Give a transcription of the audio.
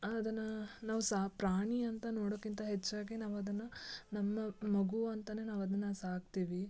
ಅದನ್ನು ನಾವು ಸಾಕು ಪ್ರಾಣಿ ಅಂತ ನೋಡೋಕಿಂತ ಹೆಚ್ಚಾಗಿ ನಾವು ಅದನ್ನು ನಮ್ಮ ಮಗು ಅಂತಾನೇ ನಾವು ಅದನ್ನು ಸಾಕ್ತೀವಿ